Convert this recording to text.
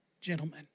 Gentlemen